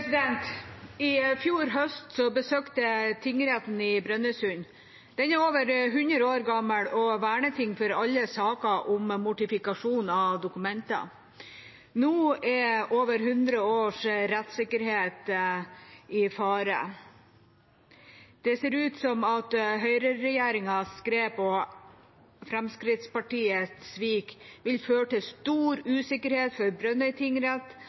Mossleth. I fjor høst besøkte jeg tingretten i Brønnøysund. Den er over 100 år gammel og er verneting for alle saker om mortifikasjon av dokumenter. Nå står over 100 års rettssikkerhet i fare. Det ser ut som at høyreregjeringas grep og Fremskrittspartiets svik vil føre til stor usikkerhet for Brønnøy tingrett,